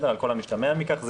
על כל המשתמע מכך.